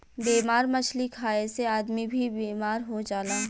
बेमार मछली खाए से आदमी भी बेमार हो जाला